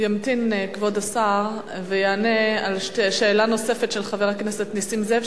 ימתין כבוד השר ויענה על שאלה נוספת של חבר הכנסת נסים זאב,